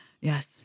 Yes